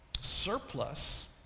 surplus